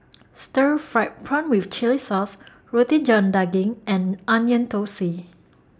Stir Fried Prawn with Chili Sauce Roti John Daging and Onion Thosai